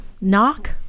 knock